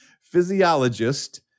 physiologist